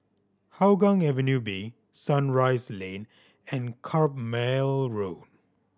Hougang Avenue B Sunrise Lane and Carpmael Road